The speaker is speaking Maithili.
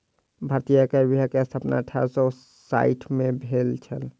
भारतीय आयकर विभाग के स्थापना अठारह सौ साइठ में भेल छल